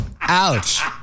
Ouch